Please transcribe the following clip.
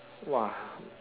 !wah!